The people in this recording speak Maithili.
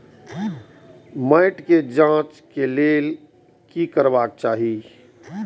मैट के जांच के लेल कि करबाक चाही?